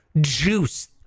juice